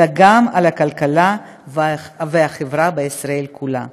אלא גם על הכלכלה והחברה בישראל כולה.